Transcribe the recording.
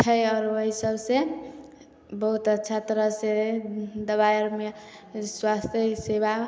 छै आओर ओहि सबसे बहुत अच्छा तरह से दबाइ आरमे स्वास्थय सेवा